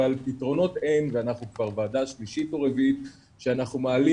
אבל פתרונות אין ואנחנו כבר ועדה שלישית או רביעית שאנחנו מעלים